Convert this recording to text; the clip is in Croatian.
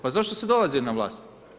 Pa zašto se dolazi na vlast?